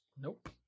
Nope